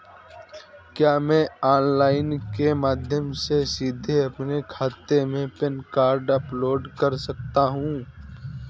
क्या मैं ऑनलाइन के माध्यम से सीधे अपने खाते में पैन कार्ड अपलोड कर सकता हूँ?